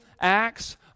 acts